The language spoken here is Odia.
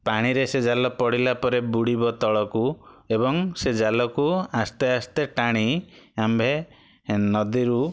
ପାଣିରେ ସେ ଜାଲ ପଡ଼ିଲା ପରେ ବୁଡ଼ିବ ତଳକୁ ଏବଂ ସେହି ଜାଲକୁ ଆସ୍ତେ ଆସ୍ତେ ଟାଣି ଆମ୍ଭେ ନଦୀରୁ